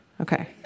Okay